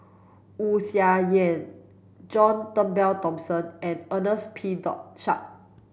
Wu Tsai Yen John Turnbull Thomson and Ernest P Shanks